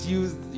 use